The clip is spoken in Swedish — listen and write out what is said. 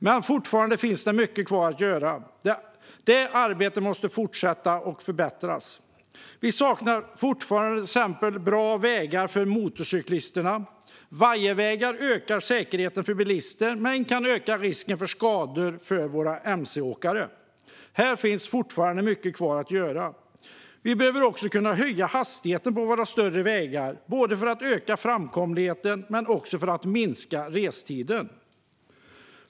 Men det finns fortfarande mycket kvar att göra. Det arbetet måste fortsätta och förbättras. Det saknas till exempel fortfarande bra vägar för motorcyklister. Vajervägar ökar säkerheten för bilister men kan öka risken för skador för våra mcåkare. Här finns fortfarande mycket kvar att göra. Hastigheten på de större vägarna behöver höjas. Det gäller både för att öka framkomligheten och för att minska restiden.